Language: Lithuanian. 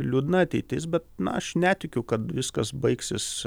liūdna ateitis bet na aš netikiu kad viskas baigsis